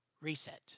reset